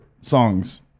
songs